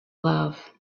love